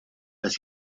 las